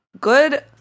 good